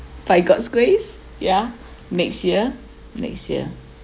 by god's grace yeah next year next year